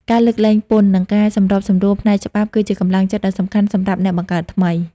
ការលើកលែងពន្ធ និងការសម្របសម្រួលផ្នែកច្បាប់គឺជាកម្លាំងចិត្តដ៏សំខាន់សម្រាប់អ្នកបង្កើតថ្មី។